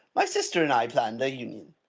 my sister and i planned their union.